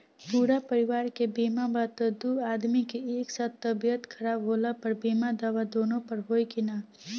पूरा परिवार के बीमा बा त दु आदमी के एक साथ तबीयत खराब होला पर बीमा दावा दोनों पर होई की न?